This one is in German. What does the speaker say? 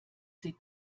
sie